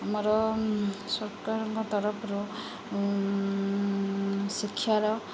ଆମର ସରକାରଙ୍କ ତରଫରୁ ଶିକ୍ଷାର